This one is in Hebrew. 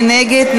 מי נגד?